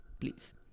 please